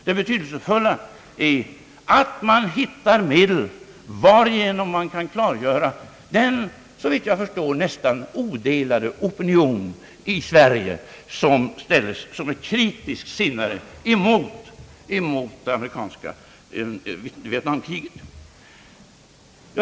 Det betydelsefulla är att man hittar medel varigenom man kan klargöra att en såvitt jag förstår nästan odelad opinion i Sverige är kritiskt sinnad mot den amerikanska vietnampolitiken.